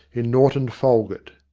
in norton folgate.